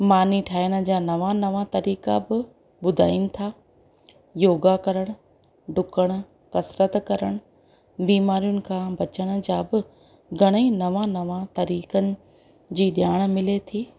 मानी ठाहिण जा नवा नवा तरीक़ा बि ॿुधाइनि था योगा करण डुकणु कसिरत करणु बीमारियुनि खां बचाइण जा बि घणेई नवा नवा तरीक़नि जी ॼाणु मिले थी